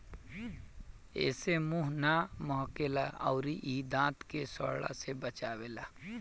एसे मुंह ना महके ला अउरी इ दांत के सड़ला से बचावेला